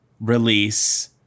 release